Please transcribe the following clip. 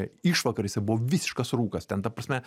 išvakarėse buvo visiškas rūkas ten ta prasme